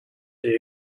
they